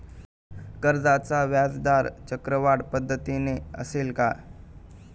कर्जाचा व्याजदर चक्रवाढ पद्धतीने असेल का?